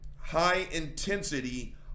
high-intensity